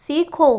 सीखो